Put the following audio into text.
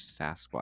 Sasquatch